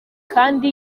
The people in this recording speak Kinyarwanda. kandi